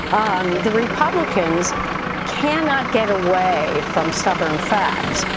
um the republicans cannot get away from stubborn facts.